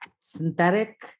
synthetic